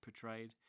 portrayed